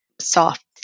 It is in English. soft